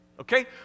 Okay